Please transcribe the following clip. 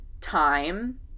time